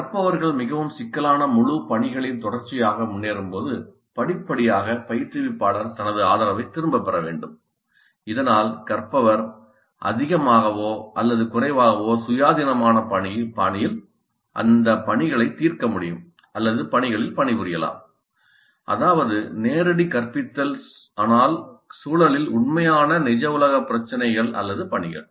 கற்பவர்கள் மிகவும் சிக்கலான முழு பணிகளின் தொடர்ச்சியாக முன்னேறும்போது படிப்படியாக பயிற்றுவிப்பாளர் தனது ஆதரவைத் திரும்பப் பெற வேண்டும் இதனால் கற்றவர் அதிகமாகவோ அல்லது குறைவாகவோ சுயாதீனமான பாணியில் அந்த பணிகளைத் தீர்க்க முடியும் அல்லது அந்த பணிகளில் பணிபுரியலாம் அதாவது நேரடி கற்பித்தல் ஆனால் சூழலில் உண்மையான நிஜ உலக பிரச்சினைகள் அல்லது பணிகள்